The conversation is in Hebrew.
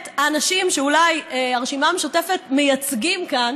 האנשים שאולי הרשימה המשותפת מייצגים כאן,